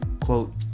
quote